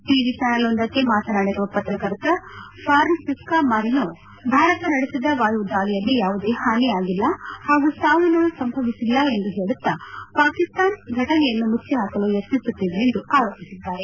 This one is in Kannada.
ಟವಿ ಚಾನಲ್ವೊಂದಕ್ಕೆ ಮಾತನಾಡಿರುವ ಪ್ರತ್ರಕರ್ತ ಫಾರ್ನ್ಸಿಸ್ಕಾ ಮಾರಿನೋ ಭಾರತ ನಡೆಸಿದ ವಾಯು ದಾಳಿಯಲ್ಲಿ ಯಾವುದೇ ಹಾನಿ ಆಗಿಲ್ಲ ಹಾಗೂ ಸಾವು ನೋವು ಸಂಭವಿಸಿಲ್ಲ ಎಂದು ಹೇಳುತ್ತಾ ಪಾಕಿಸ್ತಾನ ಫಟನೆಯನ್ನು ಮುಚ್ಚಿಹಾಕಲು ಯತ್ನಿಸುತ್ತಿದೆ ಎಂದು ಆರೋಪಿಸಿದ್ದಾರೆ